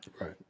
Right